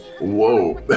whoa